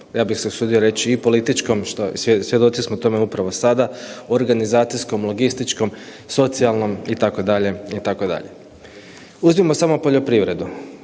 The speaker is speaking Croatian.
ja bih se usudio reći i političkom, što, svjedoci smo tome upravo sada, organizacijskom, logističkom, socijalnom, itd., itd. Uzmimo samo poljoprivredu.